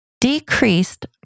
decreased